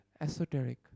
esoteric